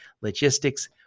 Logistics